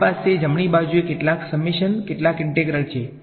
મારી પાસે જમણી બાજુએ કેટલા સમેશન કેટલા ઈંટ્રેગલ છે